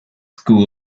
school